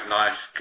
nice